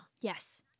Yes